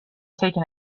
taken